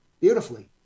beautifully